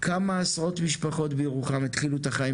כמה עשרות משפחות בירוחם התחילו את החיים